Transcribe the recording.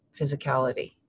physicality